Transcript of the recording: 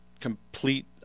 complete